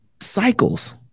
cycles